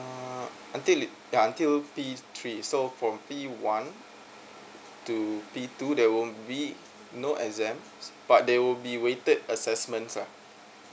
uh until the ya until P three so for P one to P two there will be no exam but there will be waited assessments lah